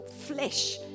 flesh